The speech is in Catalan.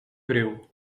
greu